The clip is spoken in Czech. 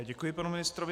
Děkuji panu ministrovi.